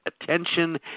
attention